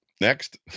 Next